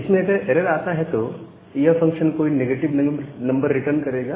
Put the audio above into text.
इसमें अगर एरर आता है तो यह फंक्शन कोई नेगेटिव नंबर रिटर्न करेगा